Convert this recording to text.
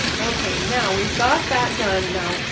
ok, now we've got that done. now,